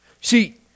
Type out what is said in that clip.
See